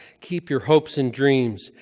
keep your hopes and dreams.